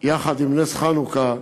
יחד עם נס חנוכה,